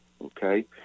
okay